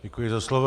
Děkuji za slovo.